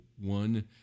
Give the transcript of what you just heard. one